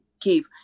give